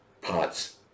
parts